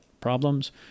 problems